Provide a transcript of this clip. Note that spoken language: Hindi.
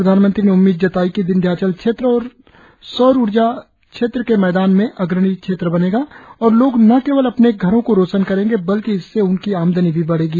प्रधानमंत्री ने उम्मीद जताई कि विध्याचल क्षेत्र सौर ऊर्जा के मैदान में अग्रणी क्षेत्र बनेगा और लोग न केवल अपने घरों को रोशन करेंगे बल्कि इससे उनकी आमदनी भी बढ़ेगी